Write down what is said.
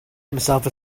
himself